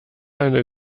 eine